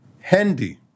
handy